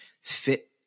fit